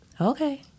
Okay